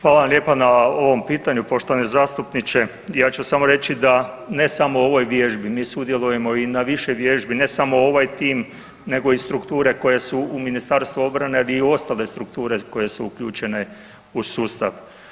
Hvala vam lijepa na ovom pitanju poštovani zastupniče, ja ću samo reći da ne samo u ovoj vježbi, mi sudjelujemo i na više vježbi, ne samo ovaj tim nego i strukture koje su u Ministarstvu obrane, ali i ostale strukture koje su uključene u sustav.